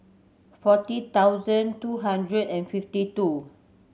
forty thousand two hundred and fifty two